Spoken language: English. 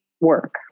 work